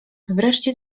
wreszcie